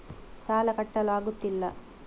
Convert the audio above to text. ಸಾಲ ಕಟ್ಟಲು ಆಗುತ್ತಿಲ್ಲ